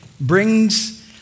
brings